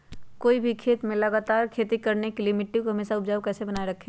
कोई भी खेत में लगातार खेती करने के लिए मिट्टी को हमेसा उपजाऊ कैसे बनाय रखेंगे?